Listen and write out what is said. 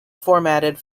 formatted